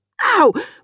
ow